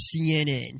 CNN